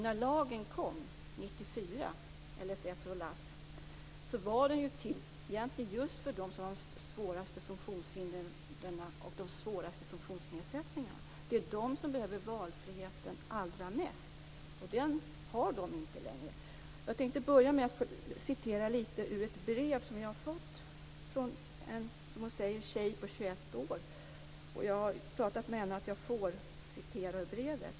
När lagen kom 1994 - LSS och LASS - var den ju egentligen till för dem som har de svåraste funktionshindren och de svåraste funktionsnedsättningarna. Det är de som behöver valfriheten allra mest, och den har de inte längre. Jag tänkte citera lite ur ett brev som jag har fått från en, som hon säger, tjej på 21 år. Jag har pratat med henne om att jag får citera ur brevet.